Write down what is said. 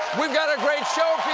we've got a great show